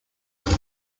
nel